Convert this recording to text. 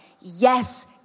Yes